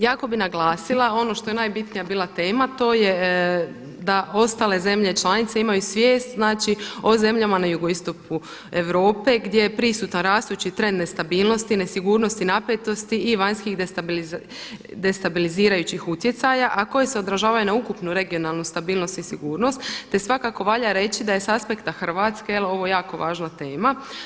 Jako bi naglasila ono što je bila najbitnija tema, to je da ostale zemlje članice imaju svijest o zemljama na Jugoistoku Europe gdje je prisutan rastući trend nestabilnosti, nesigurnosti, napetosti i vanjskih destabilizirajući utjecaja, a koji se odražavaju na ukupnu regionalnu stabilnost i sigurnost, te svakako valja reći da je sa aspekta Hrvatske ovo jako važna tema.